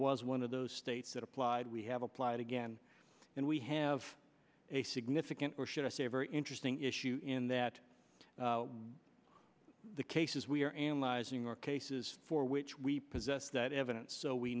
was one of those states that applied we have applied again and we have a significant or should i say a very interesting issue in that the cases we are analyzing are cases for which we possess that evidence so we